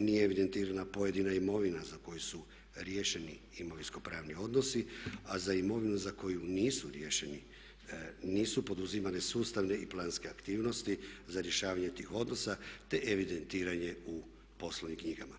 nije evidentirana pojedina imovina za koju su riješeni imovinsko pravni odnosi a za imovinu za koju nisu riješeni, nisu poduzimane sustavne i planske aktivnosti za rješavanje tih odnosa te evidentiranje u poslovnim knjigama.